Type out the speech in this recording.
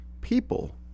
people